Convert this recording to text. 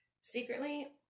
Secretly